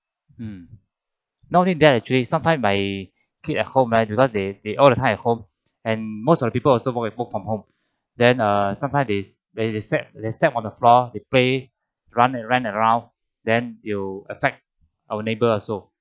mm not only that actually sometime my kid at home right because they they all the time at home and most of the people also work from home then uh sometimes they they step they step on the floor they play run and run around then you affect our neighbour so